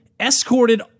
escorted